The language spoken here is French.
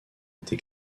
été